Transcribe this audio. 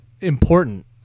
important